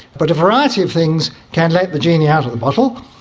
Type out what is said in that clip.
but a variety of things can let the genie out of the bottle,